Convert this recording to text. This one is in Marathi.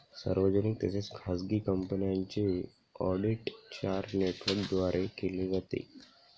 सार्वजनिक तसेच खाजगी कंपन्यांचे ऑडिट चार नेटवर्कद्वारे केले जाते